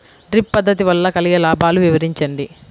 Drip పద్దతి వల్ల కలిగే లాభాలు వివరించండి?